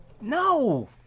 No